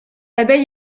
abeille